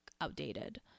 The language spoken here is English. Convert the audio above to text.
outdated